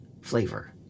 flavor